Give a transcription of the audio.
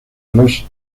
los